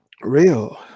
real